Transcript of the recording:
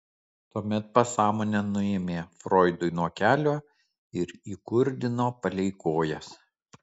tuomet pasąmonę nuėmė froidui nuo kelio ir įkurdino palei kojas